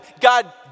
God